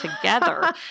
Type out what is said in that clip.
together